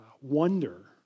wonder